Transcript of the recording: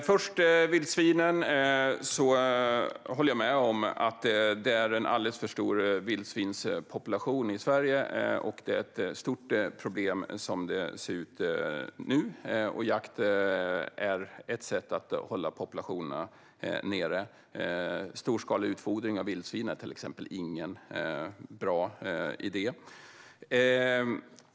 Fru talman! Jag håller med om att vildsvinspopulationen i Sverige är alldeles för stor, och det är ett stort problem som det ser ut nu. Jakt är ett sätt att hålla populationen nere. Men till exempel storskalig utfodring av vildsvin är ingen bra idé.